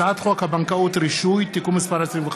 הצעת חוק הבנקאות (רישוי) (תיקון מס' 25